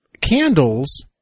candles